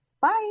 Bye